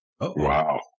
Wow